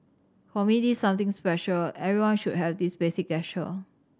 for me this something special everyone should have this basic gesture